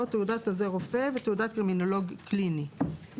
תעודת עוזר רופא ותעודות קרימינולוג קליני.